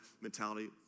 mentality